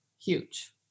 Huge